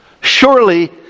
Surely